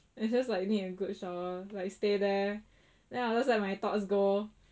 I just like need a good shower like stay there then just let my thoughts go